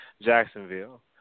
Jacksonville